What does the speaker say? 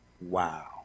Wow